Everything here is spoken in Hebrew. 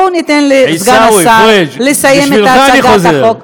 בואו ניתן לסגן השר לסיים את הצגת החוק.